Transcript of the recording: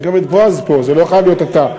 יש גם את בועז פה, זה לא חייב להיות אתה.